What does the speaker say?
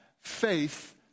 faith